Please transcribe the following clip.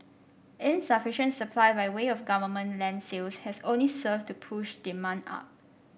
insufficient supply by way of government land sales has only served to push demand up